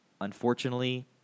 unfortunately